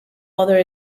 other